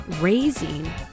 raising